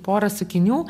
porą sakinių